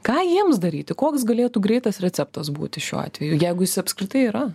ką jiems daryti koks galėtų greitas receptas būti šiuo atveju jeigu jis apskritai yra